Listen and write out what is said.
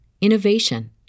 innovation